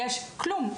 כלום.